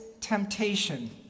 temptation